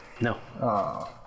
No